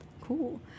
Cool